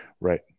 Right